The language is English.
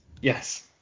Yes